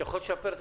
הנושא הזה